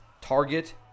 Target